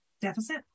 deficit